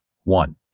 one